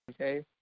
Okay